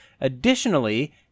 Additionally